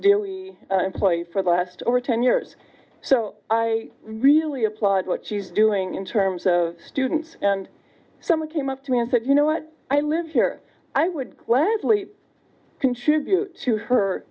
daily play for the last over ten years so i really applaud what she's doing in terms of students and someone came up to me and said you know what i live here i would gladly contribute to h